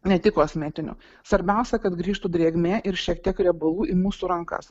ne tik kosmetinių svarbiausia kad grįžtų drėgmė ir šiek tiek riebalų į mūsų rankas